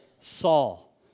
Saul